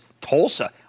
Tulsa